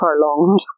prolonged